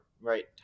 right